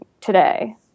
today